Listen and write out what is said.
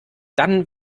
dann